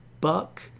buck